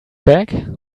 back